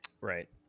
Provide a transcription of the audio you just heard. Right